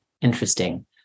interesting